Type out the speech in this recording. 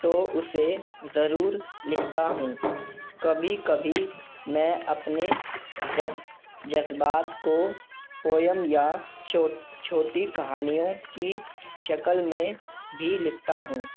تو اسے ضرور لکھتا ہوں کبھی کبھی میں اپنے جذبات کو پویم یا چھوٹی چھوٹی کہانیوں کی شکل میں بھی لکھتا ہوں